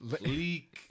Leak